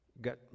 got